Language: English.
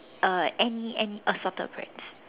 uh any any assorted breads